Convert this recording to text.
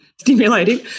stimulating